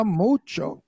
mucho